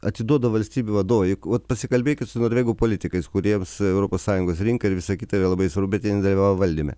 atiduoda valstybių vadovai juk vat pasikalbėkit su norvegų politikais kuriems europos sąjungos rinka ir visa kita yra labai svarbu bet jie nedalyvavo valdyme